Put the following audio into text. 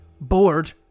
bored